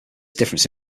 difference